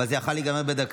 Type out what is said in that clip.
אבל זה יכול היה להיגמר בדקה.